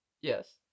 yes